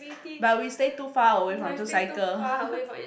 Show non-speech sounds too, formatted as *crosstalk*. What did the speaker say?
but we stay too far away from to cycle *laughs*